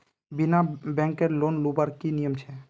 बिना बैंकेर लोन लुबार की नियम छे?